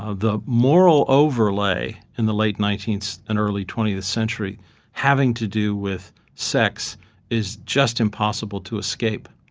ah the moral overlay in the late nineteenth and early twentieth century having to do with sex is just impossible to escape.